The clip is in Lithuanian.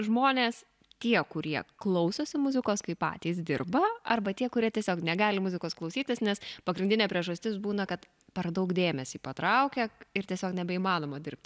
žmonės tie kurie klausosi muzikos kai patys dirba arba tie kurie tiesiog negali muzikos klausytis nes pagrindinė priežastis būna kad per daug dėmesį patraukia ir tiesiog nebeįmanoma dirbti